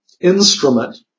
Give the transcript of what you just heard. instrument